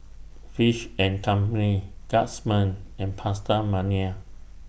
Fish and Company Guardsman and PastaMania